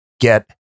get